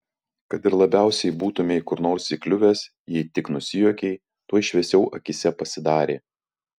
kad ir labiausiai būtumei kur nors įkliuvęs jei tik nusijuokei tuoj šviesiau akyse pasidarė